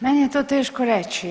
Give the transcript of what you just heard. Meni je to teško reći.